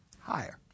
higher